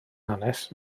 hanes